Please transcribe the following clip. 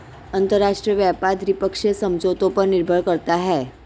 अंतरराष्ट्रीय व्यापार द्विपक्षीय समझौतों पर निर्भर करता है